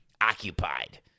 occupied